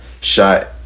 shot